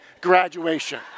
graduation